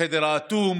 לחדר האטום.